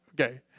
okay